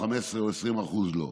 15% או 20% לא.